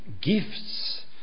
gifts